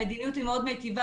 המדיניות היא מאוד מיטיבה,